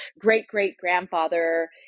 great-great-grandfather